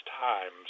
times